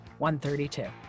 132